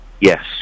Yes